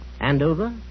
Andover